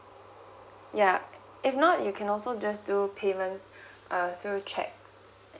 yeah if not you can also just do payment uh through cheque